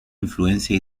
influencia